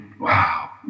wow